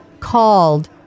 Called